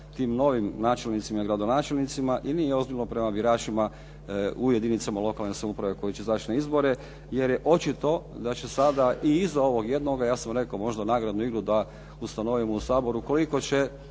tim novim načelnicima i gradonačelnicima i nije ozbiljno prema biračima u jedinicama lokalne samouprave koji će izaći na izbore jer je očito da će sada i iza ovog jednog, a ja sam rekao možda nagradnu igru da ustanovimo u Saboru koliko će